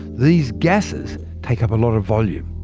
these gases take up a lot of volume.